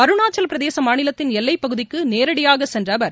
அருணாச்சல பிரதேச மாநிலத்தின் எல்லைப்பகுதிக்கு நேரடியாக சென்ற அவர்